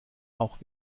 auch